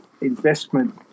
investment